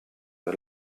der